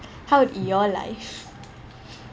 how would your life